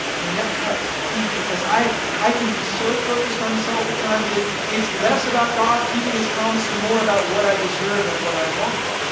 man that cuts deep, because i i can be so focused on self at times. it's it's less about god keeping his promises and more about what i deserve and what i want,